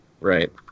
right